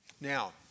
Now